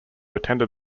attended